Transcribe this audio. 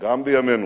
גם בימינו.